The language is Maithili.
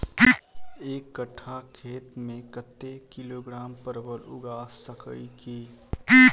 एक कट्ठा खेत मे कत्ते किलोग्राम परवल उगा सकय की??